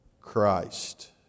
Christ